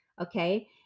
Okay